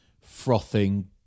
frothing